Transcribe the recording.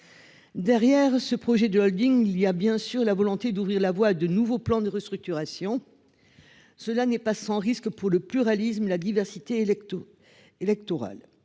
Derrière ce projet de Holding. Il y a bien sûr la volonté d'ouvrir la voie à de nouveaux plans de restructuration. Cela n'est pas sans risque pour le pluralisme, la diversité Lekto électorale,